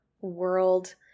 world